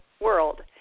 world